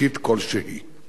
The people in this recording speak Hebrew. החובה עלינו כממשלה,